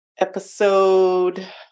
Episode